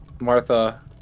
Martha